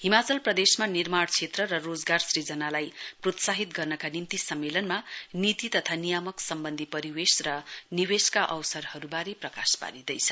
हिमाचल प्रदेशमा निर्माण क्षेत्र र रोजगार सुजनालाई प्रोत्साहित गर्नका निम्ति सम्मेलनमा नीति तथा नियामक सम्बन्धी परिवेश र निवेशका अवसरहरूबारे प्रकाश पारिँदैछ